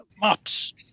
Mops